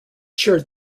shared